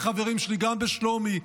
החברים שלי גם בשלומי,